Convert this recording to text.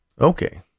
Okay